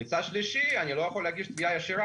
מצד שלישי אני לא יכול להגיש תביעה ישירה